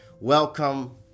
welcome